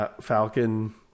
Falcon